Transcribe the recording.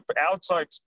outside